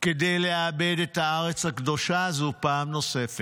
כדי לאבד את הארץ הקדושה הזו פעם נוספת,